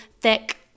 thick